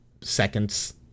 seconds